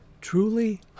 Truly